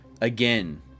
Again